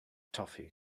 toffee